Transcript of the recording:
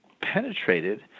penetrated